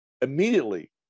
immediately